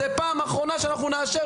זאת פעם אחרונה שאנחנו נאשר,